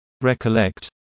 Recollect